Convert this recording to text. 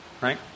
right